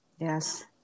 yes